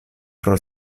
pro